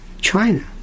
China